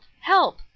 help